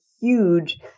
huge